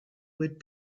would